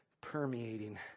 Permeating